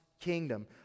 kingdom